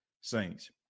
Saints